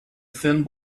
thin